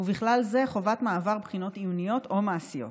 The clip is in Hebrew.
ובכלל זה חובת מעבר בחינות עיוניות או מעשיות.